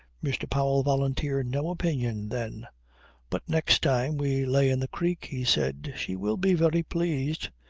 mr. powell volunteered no opinion then but next time we lay in the creek he said, she will be very pleased.